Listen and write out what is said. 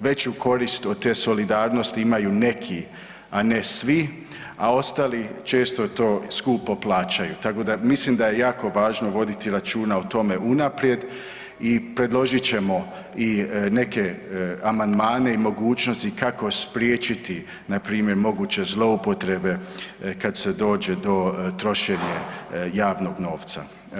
veću korist od te solidarnosti imaju neki, a ne svi, a ostali često to skupo plaćaju, tako da mislim da je jako važno voditi računa o tome unaprijed i predložit ćemo i neke amandmane i mogućnosti kako spriječiti npr. moguće zloupotrebe kad se dođe do trošenja javnog novca.